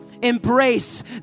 Embrace